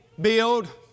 build